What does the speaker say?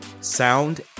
sound